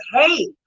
hey